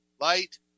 light